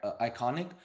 iconic